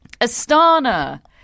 Astana